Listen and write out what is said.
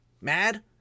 mad